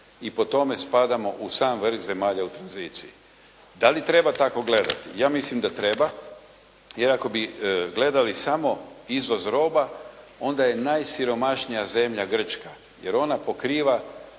i po tome spadamo u sam vrh zemalja u tranziciji. Da li treba tako gledati? Ja mislim da treba, jer ako bi gledali samo izvoz roba onda je najsiromašnija zemlja Grčka jer ona pokriva